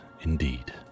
indeed